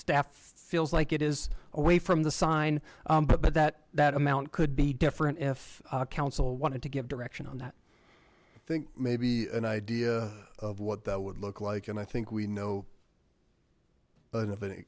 staff feels like it is away from the sign but that that amount could be different if council wanted to give direction on that think maybe an idea of what that would look like and i think we know of